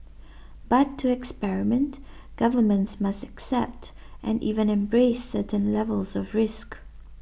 but to experiment governments must accept and even embrace certain levels of risk